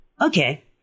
okay